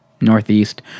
northeast